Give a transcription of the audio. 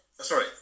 Sorry